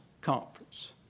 Conference